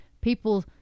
people